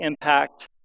impact